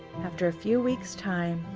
after a few weeks time,